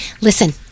Listen